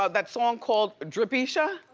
ah that song called dripeesha.